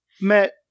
met